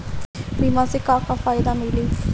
बीमा से का का फायदा मिली?